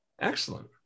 Excellent